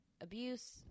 abuse